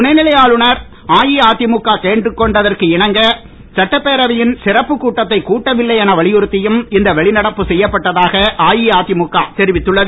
துணைநிலை ஆளுநர் அஇஅதிமுக கேட்டுக் கொண்டதற்கு இணங்க சட்டப்பேரவையின் கிறப்பு கூட்டத்தை கூட்டவில்லை என வலியுறுத்தியும் இந்த வெளிநடப்பு செய்யப்பட்டதாக அஇஅதிமுக தெரிவித்துள்ளது